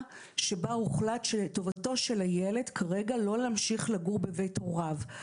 שבה הוחלט שטובתו של הילד כרגע לא להמשיך לגור בבית הוריו.